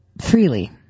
freely